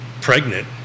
pregnant